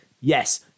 yes